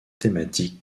thématiques